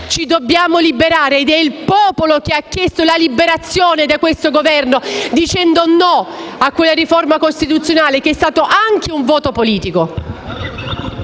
Ci dobbiamo liberare ed è il popolo che ha chiesto la liberazione da questo Governo, dicendo no a quella riforma costituzionale ed esprimendo così anche un voto politico.